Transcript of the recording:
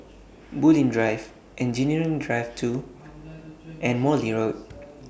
Bulim Drive Engineering Drive two and Morley Road